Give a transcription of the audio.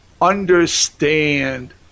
understand